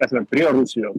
esame prie rusijos